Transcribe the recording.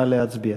נא להצביע.